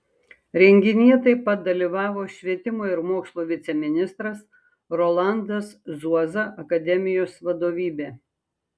renginyje taip pat dalyvavo švietimo ir mokslo viceministras rolandas zuoza akademijos vadovybė